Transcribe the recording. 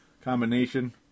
combination